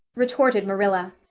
retorted marilla.